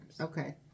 Okay